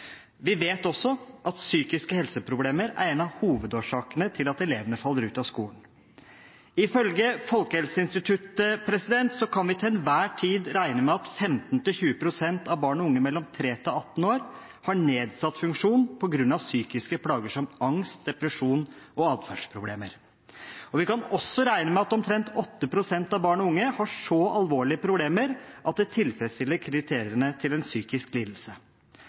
Vi vet også at psykiske helseproblemer er en av hovedårsakene til at elevene faller ut av skolen. Ifølge Folkehelseinstituttet kan vi til enhver tid regne med at 15–20 pst. av barn og unge mellom 3 og 18 år har nedsatt funksjon på grunn av psykiske plager som angst, depresjon og atferdsproblemer, og vi kan også regne med at omtrent 8 pst. av barn og unge har så alvorlige problemer at det tilfredsstiller kriteriene til en psykisk lidelse.